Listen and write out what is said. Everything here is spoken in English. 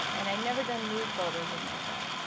and i'd never done nude photos of myself.